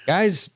Guys